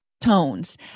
tones